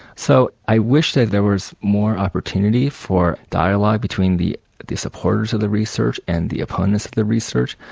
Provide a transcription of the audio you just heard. so, i wish there there was more opportunity for dialogue between the the supporters of the research and the opponents of the research.